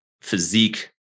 physique